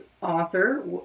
author